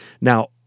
Now